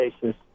basis